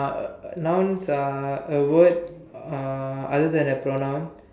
uh nouns are a word uh other than a pronoun